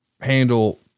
handle